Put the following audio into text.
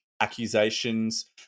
accusations